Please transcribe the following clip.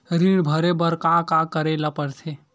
ऋण भरे बर का का करे ला परथे?